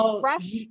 fresh